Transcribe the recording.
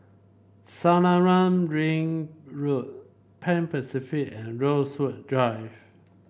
Selarang Ring Road Pan Pacific and Rosewood Drive